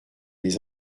les